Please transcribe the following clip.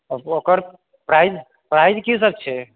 ओकर प्राइस की सब छै